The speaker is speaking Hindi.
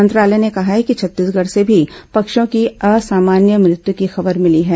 मंत्रालय ने कहा है कि छत्तीसगढ़ से भी पक्षियों की असामान्य मृत्यु की खबर मिली है